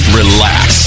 relax